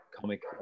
comic